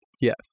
Yes